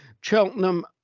Cheltenham